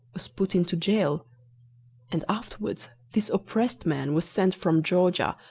was put into gaol and afterwards this oppressed man was sent from georgia,